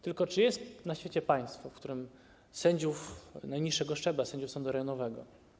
Tylko czy jest na świecie państwo, w którym sędziów najniższego szczebla, sędziów sądu rejonowego.